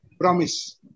promise